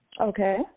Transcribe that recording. Okay